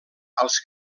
als